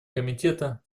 комитета